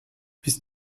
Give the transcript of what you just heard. bis